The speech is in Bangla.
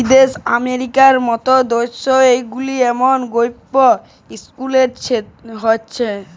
বিদ্যাশে আমেরিকার মত দ্যাশ গুলাতে এমল গ্যাপ ইলসুরেলস হছে